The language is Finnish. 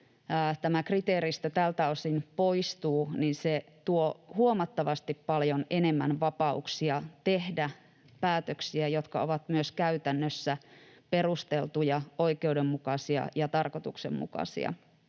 tämä kriteeristö tältä osin poistuu, tuo huomattavasti paljon enemmän vapauksia tehdä päätöksiä, jotka ovat myös käytännössä perusteltuja, oikeudenmukaisia ja tarkoituksenmukaisia.